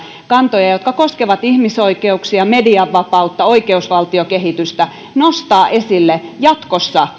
kantoja jotka koskevat ihmisoikeuksia median vapautta oikeusvaltiokehitystä nostaa esille jatkossa